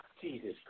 Jesus